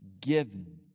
given